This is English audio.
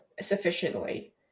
sufficiently